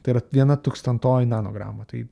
yra viena tūkstantoji nanogramo tai